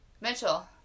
Mitchell